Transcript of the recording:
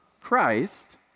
Christ